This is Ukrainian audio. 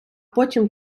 потім